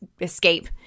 escape